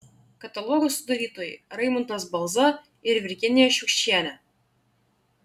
katalogo sudarytojai raimundas balza ir virginija šiukščienė